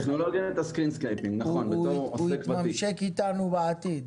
הוא יתממשק אתנו בעתיד.